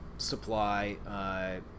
supply